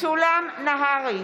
משולם נהרי,